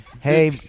Hey